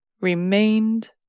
remained